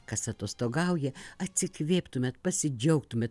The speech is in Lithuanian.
kas atostogauja atsikvėptumėt pasidžiaugtumėt